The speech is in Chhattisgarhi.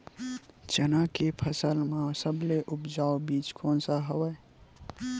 चना के फसल म सबले उपजाऊ बीज कोन स हवय?